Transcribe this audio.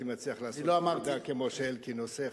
מצליח לעשות עבודה כמו שאלקין עושה,